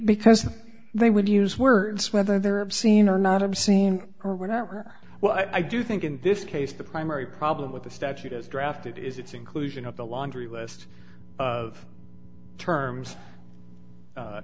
because they would use words whether they're obscene or not obscene or what are well i do think in this case the primary problem with the statute is drafted is its inclusion of the laundry list of terms